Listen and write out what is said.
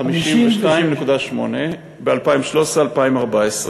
52.8% ב-2013 2014,